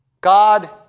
God